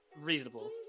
reasonable